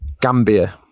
Gambia